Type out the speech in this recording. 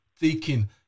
taking